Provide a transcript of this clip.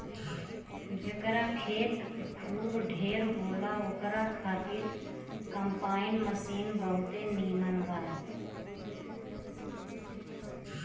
जेकरा खेत खूब ढेर होला ओकरा खातिर कम्पाईन मशीन बहुते नीमन बा